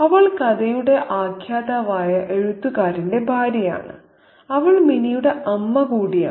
അവൾ കഥയുടെ ആഖ്യാതാവായ എഴുത്തുകാരന്റെ ഭാര്യയാണ് അവൾ മിനിയുടെ അമ്മ കൂടിയാണ്